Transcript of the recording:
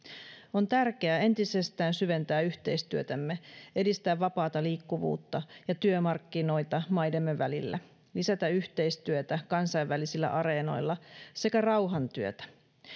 on tärkeää entisestään syventää yhteistyötämme edistää vapaata liikkuvuutta ja työmarkkinoita maidemme välillä lisätä yhteistyötä kansainvälisillä areenoilla sekä rauhantyötä